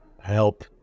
help